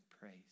praise